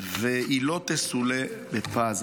והיא לא תסולא בפז.